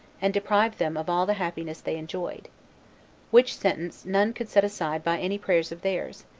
and deprive them of all the happiness they enjoyed which sentence none could set aside by any prayers of theirs,